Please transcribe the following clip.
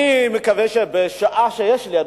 אני מבקש שבשעה שיש לי,